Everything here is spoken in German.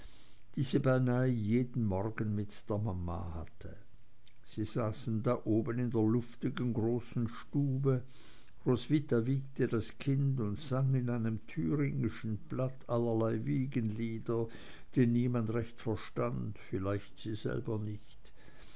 sie beinahe jeden morgen mit der mama hatte sie saßen dann oben in der luftigen großen stube roswitha wiegte das kind und sang in einem thüringischen platt allerlei wiegenlieder die niemand recht verstand vielleicht sie selber nicht